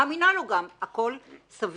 מאמינה לו גם - הכול סביר.